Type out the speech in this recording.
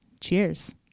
Cheers